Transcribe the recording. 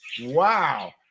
wow